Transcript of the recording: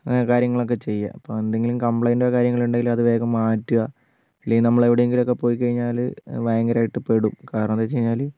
അങ്ങനെ കാര്യങ്ങളൊക്കെ ചെയ്യുക ഇപ്പോൾ എന്തെങ്കിലും കംപ്ലയിൻ്റോ കാര്യങ്ങളോ ഉണ്ടെങ്കിൽ അത് വേഗം മാറ്റുക ഇല്ലെങ്കിൽ നമ്മളെവിടെയെങ്കിലും ഒക്കെ പോയിക്കഴിഞ്ഞാൽ ഭയങ്കരമായിട്ട് പെടും കാരണമെന്താ വെച്ച് കഴിഞ്ഞാൽ